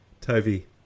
Toby